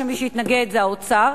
מי שהתנגד זה האוצר,